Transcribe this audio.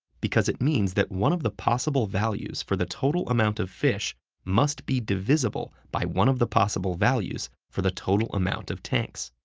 because it means that one of the possible values for the total amount of fish must be divisible by one of the possible values for the total amount of tanks.